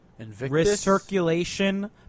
recirculation